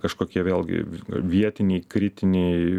kažkokie vėlgi vietiniai kritiniai